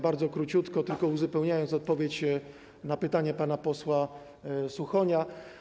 Bardzo króciutko, tylko uzupełniając odpowiedź na pytanie pana posła Suchonia.